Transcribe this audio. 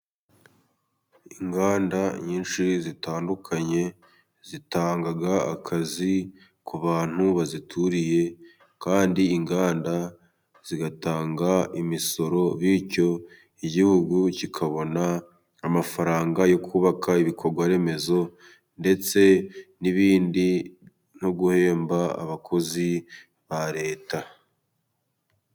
Inganda nyinshi zitandukanye zitanga akazi ku bantu bazituriye. Kandi inganda zigatanga imisoro. Bityo Igihugu kikabona amafaranga yo kubaka ibikorwa remezo ndetse n'ibindi, no guhemba abakozi ba Leta.